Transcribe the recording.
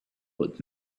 but